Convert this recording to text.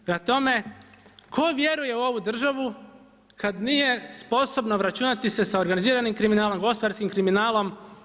Prema tome, tko vjeruje u ovu državu kad nije sposobna se obračunati sa organiziranim kriminalom, gospodarskim kriminalom.